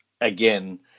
again